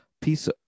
piece